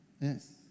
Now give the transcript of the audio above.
Yes